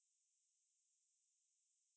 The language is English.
prefer reading books